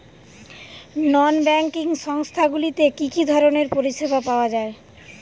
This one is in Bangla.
নন ব্যাঙ্কিং সংস্থা গুলিতে কি কি ধরনের পরিসেবা পাওয়া য়ায়?